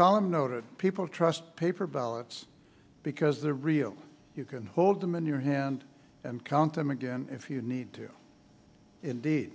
column noted people trust paper ballots because the real you can hold them in your hand and count them again if you need to indeed